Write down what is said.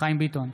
חיים ביטון,